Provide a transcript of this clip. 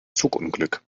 zugunglück